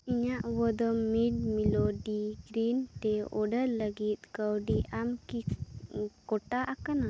ᱤᱧᱟᱹᱜ ᱵᱷᱟᱫᱟᱢ mint melody green tea order ᱞᱟᱹᱜᱤᱫ ᱠᱟᱹᱣᱰᱤ ᱟᱢ ᱠᱤ ᱜᱚᱴᱟ ᱟᱠᱟᱱᱟ